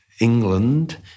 England